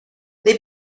they